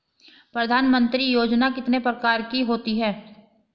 प्रधानमंत्री योजना कितने प्रकार की होती है?